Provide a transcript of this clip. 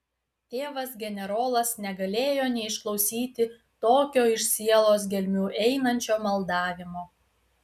tėvas generolas negalėjo neišklausyti tokio iš sielos gelmių einančio maldavimo